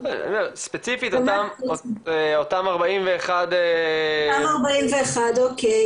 ספציפית אותם 41. אותם 41, אוקיי.